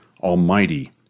Almighty